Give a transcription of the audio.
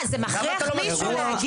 למה אתה לא ממשיך את כל המשפט?